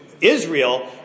Israel